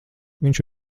viņš